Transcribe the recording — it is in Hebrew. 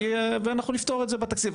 ואנחנו נפתור את זה בתקציב.